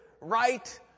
Right